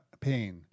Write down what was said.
pain